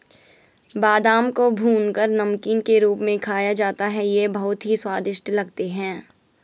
बादाम को भूनकर नमकीन के रूप में खाया जाता है ये बहुत ही स्वादिष्ट लगते हैं